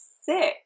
six